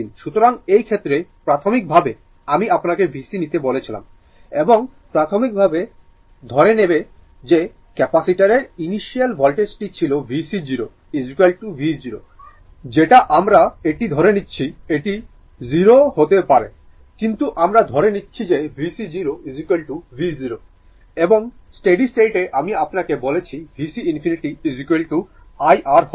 সুতরাং এই ক্ষেত্রে প্রাথমিকভাবে আমি আপনাকে vc নিতে বলেছিলাম এবং প্রাথমিকভাবে ধরে নেব যে ক্যাপাসিটারের ইনিশিয়াল ভোল্টেজটি ছিল vc 0 v0 যেটা আমরা এটি ধরে নিচ্ছে এটি 0 ও হতে পারে কিন্তু আমরা ধরে নিচ্ছি যে vc 0 v0 এবং স্টাডি স্টেটে আমি আপনাকে বলেছি vc infinity I R হবে